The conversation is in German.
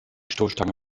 stoßstange